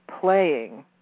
playing